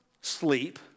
sleep